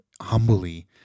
humbly